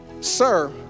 sir